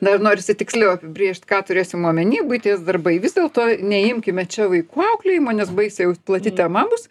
dar norisi tiksliau apibrėžt ką turėsim omeny buities darbai vis dėlto neimkime čia vaikų auklėjimo nes baisiai jau plati tema bus